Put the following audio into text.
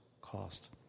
cost